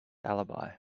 alibi